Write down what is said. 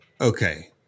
Okay